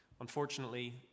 Unfortunately